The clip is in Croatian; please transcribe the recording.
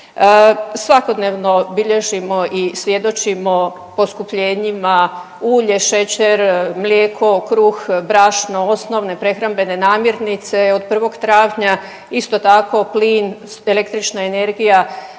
Svakodnevno bilježimo i svjedočimo poskupljenjima ulje, šećer, mlijeko, kruh, brašno, osnovne prehrambene namirnice. Od 1. travnja isto tako plin, električna energija.